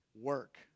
work